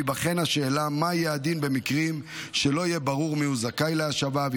תיבחן השאלה מה יהיה הדין במקרים שלא יהיה ברור מיהו זכאי להשבה,